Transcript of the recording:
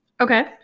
Okay